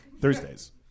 Thursdays